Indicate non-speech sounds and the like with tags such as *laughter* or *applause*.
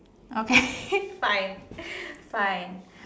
okay *laughs* fine fine